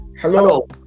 Hello